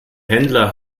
händler